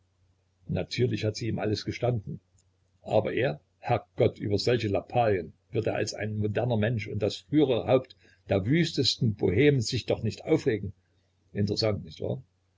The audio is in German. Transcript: natürlich hat sie ihm alles gestanden aber er herrgott über solche lappalien wird er als ein moderner mensch und das frühere haupt der wüstesten bohme sich doch nicht aufregen interessant nicht wahr